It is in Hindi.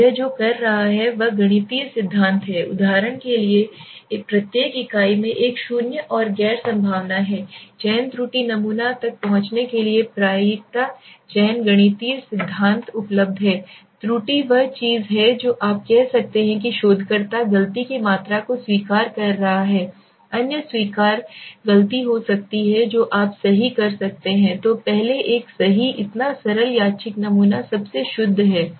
तो यह जो कर रहा है वह गणितीय सिद्धांत है उदाहरण के लिए प्रत्येक इकाई में एक शून्य और गैर संभावना है चयन त्रुटि नमूना तक पहुँचने के लिए प्रायिकता चयन गणितीय सिद्धांत उपलब्ध है त्रुटि वह चीज है जो आप कह सकते हैं कि शोधकर्ता गलती की मात्रा को स्वीकार कर रहा है अन्य स्वीकार्य गलती हो सकती है जो आप सही कह सकते हैं तो पहले एक सही इतना सरल यादृच्छिक नमूना सबसे शुद्ध है